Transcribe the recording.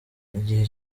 igihe